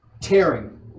tearing